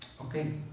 Okay